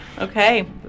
Okay